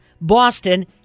boston